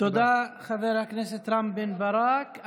תודה לחבר הכנסת רם בן ברק.